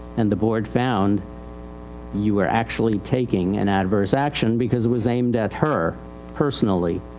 and the board found you were actually taking an adverse action because it was aimed at her personally,